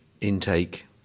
intake